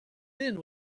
thin